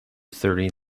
thirty